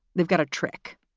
they've got a trick.